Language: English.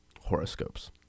horoscopes